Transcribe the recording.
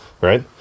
right